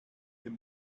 dem